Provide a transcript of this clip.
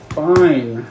fine